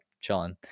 chilling